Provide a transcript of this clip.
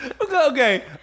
okay